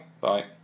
Bye